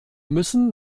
müssen